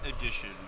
Edition